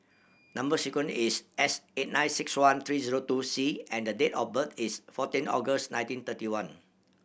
number sequence is S eight nine six one three zero two C and the date of birth is fourteen August nineteen thirty one